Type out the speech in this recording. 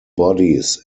bodies